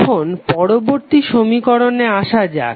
এখন পরবর্তী সমীকরণে আসা যাক